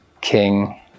King